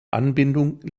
anbindung